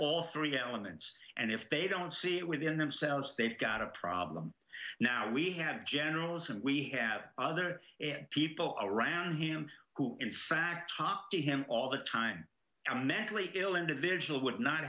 all three elements and if they don't see it within themselves they've got a problem now we have generals and we have other people around him who in fact top to him all the time and mentally ill individual would not